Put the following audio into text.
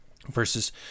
versus